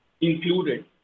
included